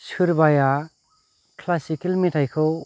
सोरबाया क्लासिकेल मेथाइखौ